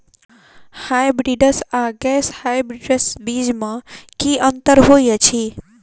Hybrids आ गैर hybrids बीज म की अंतर होइ अछि?